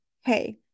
hey